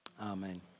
Amen